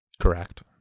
Correct